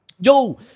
Yo